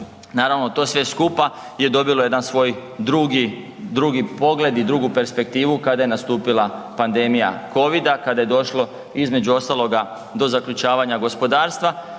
Naravno, to sve skupa je dobilo jedan svoj drugi pogled i drugu perspektivu kada je nastupila pandemija Covida, kada je došlo, između ostaloga, do zaključavanja gospodarstva,